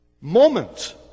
moment